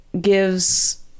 gives